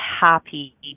happy